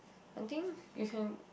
I think you can